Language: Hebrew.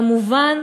כמובן,